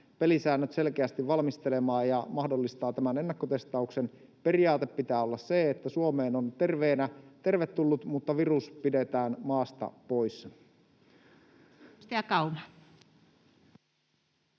pelisäännöt selkeästi valmistelemaan ja mahdollistaa tämän ennakkotestauksen. Periaatteen pitää olla se, että Suomeen on terveenä tervetullut mutta virus pidetään maasta pois. [Speech